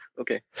okay